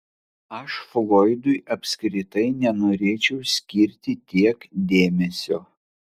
aš froidui apskritai nenorėčiau skirti tiek dėmesio